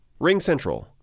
RingCentral